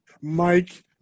Mike